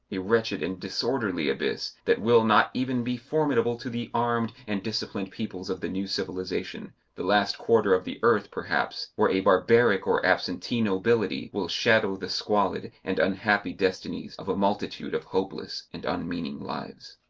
a wretched and disorderly abyss that will not even be formidable to the armed and disciplined peoples of the new civilization, the last quarter of the earth, perhaps, where a barbaric or absentee nobility will shadow the squalid and unhappy destinies of a multitude of hopeless and unmeaning lives.